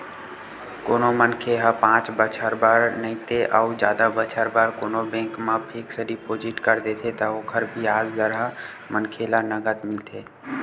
कोनो मनखे ह पाँच बछर बर नइते अउ जादा बछर बर कोनो बेंक म फिक्स डिपोजिट कर देथे त ओकर बियाज दर ह मनखे ल नँगत मिलथे